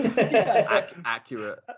Accurate